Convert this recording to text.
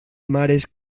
mares